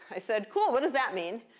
i said, cool, what does that mean?